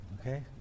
Okay